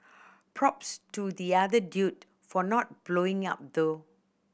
props to the other dude for not blowing up though